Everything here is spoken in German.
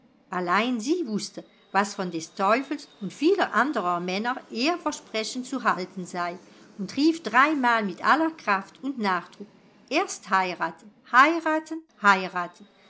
allein sie wußte was von des teufels und vieler anderer männer eheversprechen zu halten sei und rief dreimal mit aller kraft und nachdruck erst heiraten heiraten heiraten